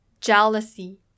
jealousy